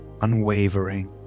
unwavering